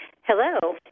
Hello